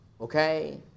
Okay